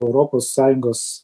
europos sąjungos